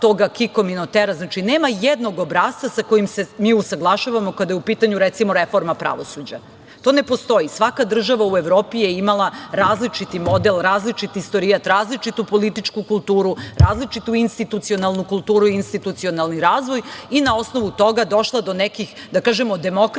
To ne postoji. Svaka država u Evropi je imala različiti model, različiti istorijat, različitu političku kulturu, različitu institucionalnu kulturu i institucionalni razvoj i na osnovu toga je došlo do nekih, da kažemo, demokratskih